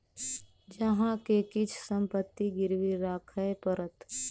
अहाँ के किछ संपत्ति गिरवी राखय पड़त